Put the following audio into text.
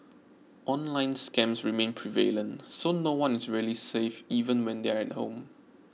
online scams remain prevalent so no one is really safe even when they're at home